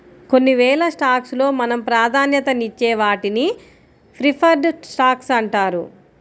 కొన్నివేల స్టాక్స్ లో మనం ప్రాధాన్యతనిచ్చే వాటిని ప్రిఫర్డ్ స్టాక్స్ అంటారు